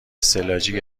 استعلاجی